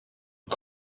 een